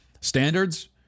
standards